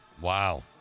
Wow